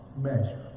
measure